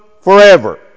forever